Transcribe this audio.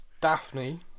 Daphne